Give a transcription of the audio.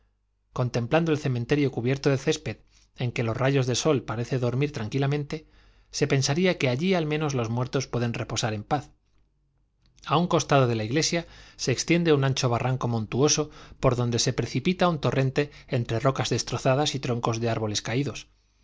contemplando el cementerio cubierto de césped en que los rayos del sol parecen dormir tranquilamente se pensaría que allí al menos los muertos pueden reposar en paz a un costado de la iglesia se extiende un ancho barranco montuoso por donde se precipita un torrente entre rocas destrozadas y troncos de árboles caídos